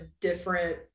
different